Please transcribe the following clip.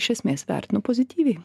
iš esmės vertinu pozityviai